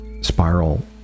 spiral